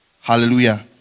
Hallelujah